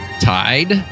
tied